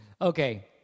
Okay